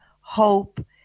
hope